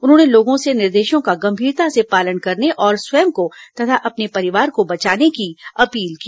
उन्होंने लोगों से निर्देशों का गंभीरता से पालन करने और स्वयं को तथा अपने परिवार को बचाने की अपील की